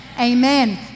Amen